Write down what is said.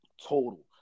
total